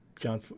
John